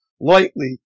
lightly